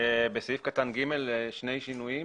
בסעיף קטן (ג) שני שינויים: